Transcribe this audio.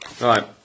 Right